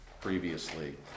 previously